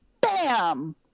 bam